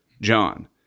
John